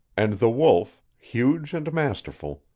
and the wolf, huge and masterful,